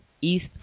East